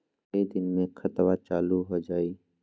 कई दिन मे खतबा चालु हो जाई?